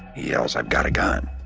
he yells, i got a gun.